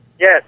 Yes